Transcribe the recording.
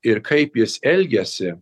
ir kaip jis elgiasi